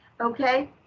Okay